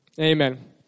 Amen